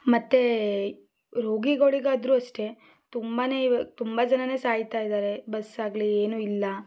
ಮತ್ತು ರೋಗಿಗಳಿಗಾದರೂ ಅಷ್ಟೇ ತುಂಬಾ ತುಂಬ ಜನಾನೇ ಸಾಯ್ತಾಯಿದ್ದಾರೆ ಬಸ್ಸಾಗಲಿ ಏನೂ ಇಲ್ಲ